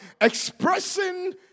expressing